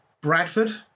Bradford